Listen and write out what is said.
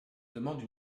demande